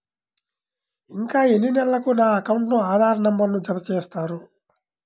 ఇంకా ఎన్ని నెలలక నా అకౌంట్కు ఆధార్ నంబర్ను జత చేస్తారు?